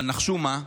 אבל נחשו מה?